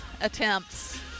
attempts